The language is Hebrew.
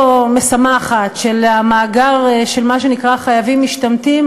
והלא-משמחת של המאגר של מה שנקרא חייבים משתמטים,